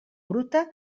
bruta